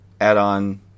add-on